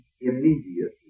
immediately